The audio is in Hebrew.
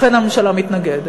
לכן, הממשלה מתנגדת.